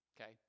Okay